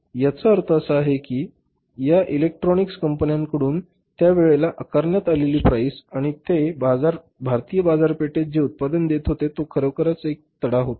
तर याचा अर्थ असा आहे की या इलेक्ट्रॉनिक्स कंपन्यांकडून त्या वेळेला आकारण्यात आलेली प्राईस आणि ते भारतीय बाजारपेठेत जे उत्पादन देत होते तो खरोखरच एक तडा होता